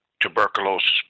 tuberculosis